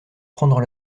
prendre